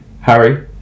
Harry